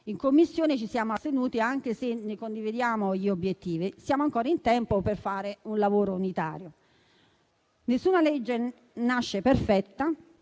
In Commissione ci siamo astenuti, anche se ne condividiamo gli obiettivi. Siamo ancora in tempo per fare un lavoro unitario. Nessuna legge nasce perfetta,